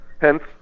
Hence